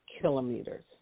kilometers